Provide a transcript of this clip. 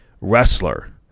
wrestler